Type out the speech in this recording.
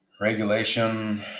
Regulation